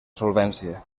solvència